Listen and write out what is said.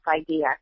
idea